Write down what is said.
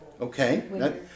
Okay